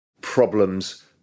problems